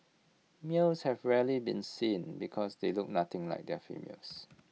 males have rarely been seen because they look nothing like the females